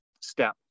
step